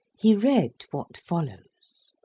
he read what follows